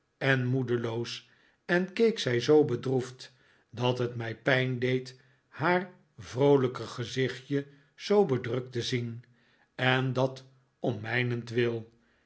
en moedeloos en keek zij zoo bedroefd dat het mij pijn deed haar vroolijke gezichtje zoo bedrukt te zien en dat om mijnentwil